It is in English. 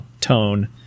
tone